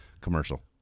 commercial